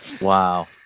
wow